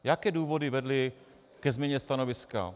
Jaké důvody vedly ke změně stanoviska?